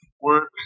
work